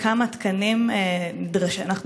לכמה תקנים אנחנו נדרשים?